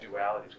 dualities